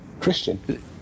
Christian